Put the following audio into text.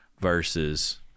versus